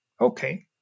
Okay